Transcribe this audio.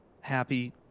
happy